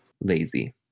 lazy